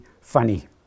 funny